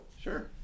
sure